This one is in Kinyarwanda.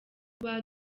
kwa